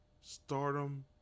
Stardom